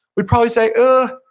we'd probably say, ah,